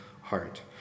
heart